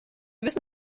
wissen